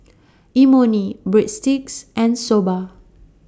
Imoni Breadsticks and Soba